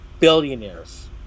billionaires